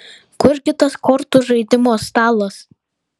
kur gi tas kortų žaidimo stalas